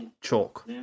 chalk